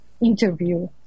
interview